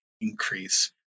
increase